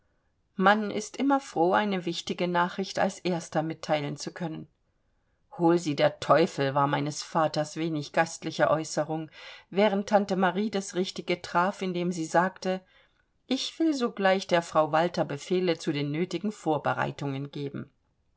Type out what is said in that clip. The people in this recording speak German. man ist immer froh eine wichtige nachricht als erster mitteilen zu können hol sie der teufel war meines vaters wenig gastliche äußerung während tante marie das richtige traf indem sie sagte ich will sogleich der frau walter befehle zu den nötigen vorbereitungen geben